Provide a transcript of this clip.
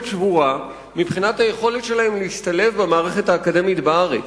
שבורה מבחינת היכולת שלהם להשתלב במערכת האקדמית בארץ.